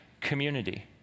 community